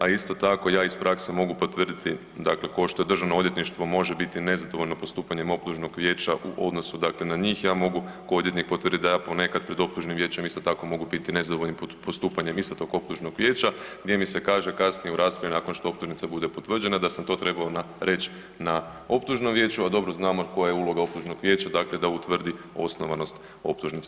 A isto tako ja iz prakse mogu potvrditi dakle ko što državno odvjetništvo može biti nezadovoljno postupanjem optužnog vijeća u odnosu dakle na njih ja mogu ko odvjetnik potvrditi da ja ponekad pred optužnim vijećem isto tako nezadovoljan postupanjem istog tog optužnog vijeća gdje mi se kaže kasnije u raspri nakon što optužnica bude potvrđena da sam to trebao reći na optužnom vijeću, a dobro znamo koja je uloga optužnog vijeća dakle da utvrdi osnovanost optužnice.